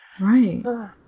right